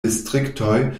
distriktoj